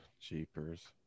jeepers